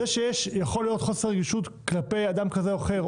זה שיכול להיות חוסר רגישות כלפי אדם כזה או אחר,